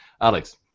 Alex